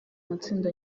matsinda